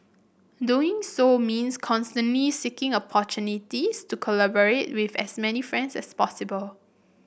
doing so means constantly seeking opportunities to collaborate with as many friends as possible